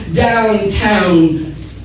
downtown